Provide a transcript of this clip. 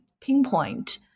pinpoint